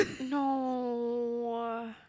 No